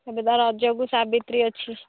ଏବେ ବା ରଜକୁ ସାବିତ୍ରୀ ଅଛି